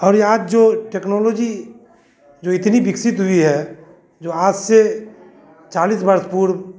और यह आज जो टेक्नोलॉजी जो इतनी विकसित हुई है जो आज से चालीस वर्ष पूर्व